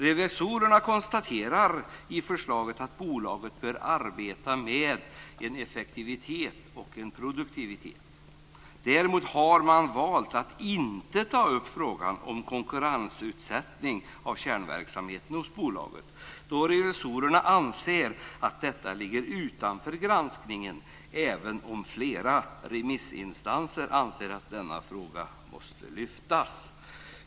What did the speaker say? Revisorerna konstaterar i förslaget att bolaget bör arbeta mer med effektivitet och produktivitet. Däremot har man valt att inte ta upp frågan om konkurrensutsättning av kärnverksamheten hos bolaget då revisorerna anser att detta ligger utanför granskningen även om flera remissinstanser anser att denna fråga måste lyftas.